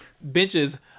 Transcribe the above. benches